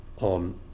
on